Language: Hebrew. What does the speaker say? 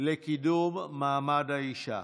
לקידום מעמד האישה.